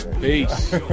Peace